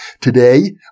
Today